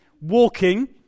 walking